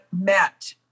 met